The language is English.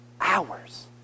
hours